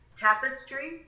Tapestry